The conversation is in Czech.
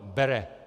Bere.